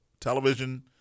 television